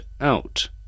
out